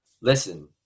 listen